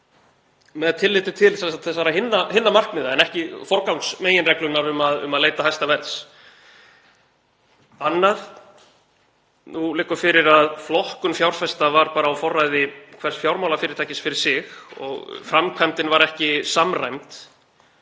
með tilliti til hinna markmiðanna en ekki forgangsmeginreglunnar um að leita hæsta verðs? Annað: Nú liggur fyrir að flokkun fjárfesta var bara á forræði hvers fjármálafyrirtækis fyrir sig og framkvæmdin var ekki samræmd.